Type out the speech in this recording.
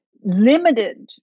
limited